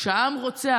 כשהעם רוצה.